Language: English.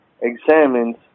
examines